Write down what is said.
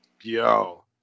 Yo